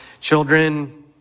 Children